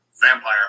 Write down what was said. Vampire